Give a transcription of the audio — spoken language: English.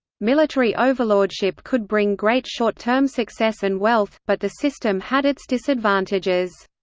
military overlordship could bring great short-term success and wealth, but the system had its disadvantages.